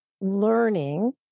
learning